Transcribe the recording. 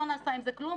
לא נעשה עם זה כלום.